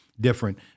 different